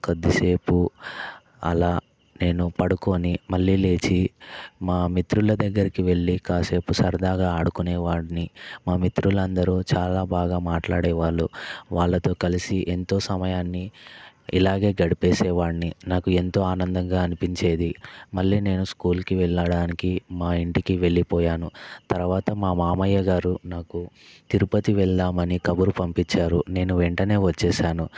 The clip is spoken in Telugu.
కొద్దిసేపు అలా నేను పడుకొని మళ్ళీ లేచి మా మిత్రుల దగ్గరికి వెళ్ళి కాసేపు సరదాగా ఆడుకునేవాడిని మా మిత్రులు అందరూ చాలా బాగా మాట్లాడే వాళ్ళు వాళ్ళతో కలిసి ఎంతో సమయాన్ని ఇలాగే గడిపేసేవాడిని నాకు ఎంతో ఆనందంగా అనిపించేది మళ్ళీ నేను స్కూల్కి వెళ్ళడానికి మా ఇంటికి వెళ్ళిపోయాను తర్వాత మా మామయ్య గారు నాకు తిరుపతి వెళ్దామని కబురు పంపించారు నేను వెంటనే వచ్చేసాను